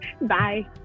Bye